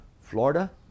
Florida